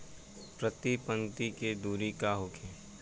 प्रति पंक्ति के दूरी का होखे?